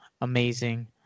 amazing